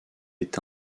est